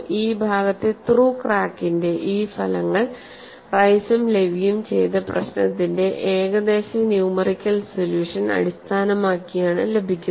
ഈ ഭാഗത്തെ ത്രൂ ക്രാക്കിന്റെ ഈ ഫലങ്ങൾ റൈസും ലെവിയും ചെയ്ത പ്രശ്നത്തിന്റെ ഏകദേശ ന്യൂമെറിക്കൽ സൊല്യൂഷൻ അടിസ്ഥാനമാക്കിയാണ് ലഭിക്കുന്നത്